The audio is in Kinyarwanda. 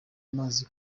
amazi